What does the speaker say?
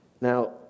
Now